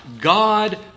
God